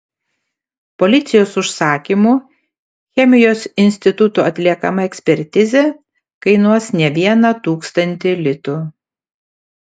policijos užsakymu chemijos instituto atliekama ekspertizė kainuos ne vieną tūkstantį litų